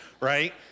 right